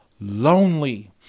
lonely